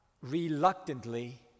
reluctantly